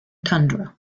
tundra